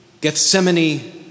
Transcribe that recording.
Gethsemane